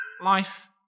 Life